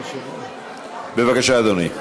בבקשה, אדוני.